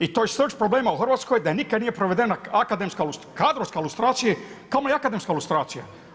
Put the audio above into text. I to je srž problema u RH da nikad nije provedena akademska, kadrovska lustracija, kamo li akademska lustracija.